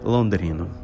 Londrino